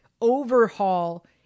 overhaul